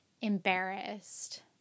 embarrassed